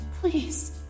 please